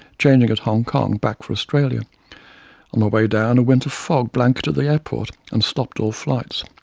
changing at hong kong, back for australia. on my way down a winter fog blanketed the airport and stopped all flights.